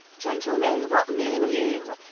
gentlemen, what mean you?